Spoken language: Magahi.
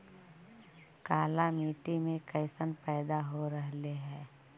काला मिट्टी मे कैसन पैदा हो रहले है?